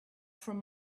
from